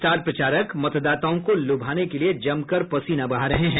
star प्रचारक मतदाताओं को लुभाने के लिए जम कर पसीना बहा रहे हैं